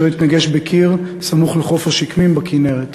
אשר התנגש בקיר סמוך לחוף השקמים בכינרת.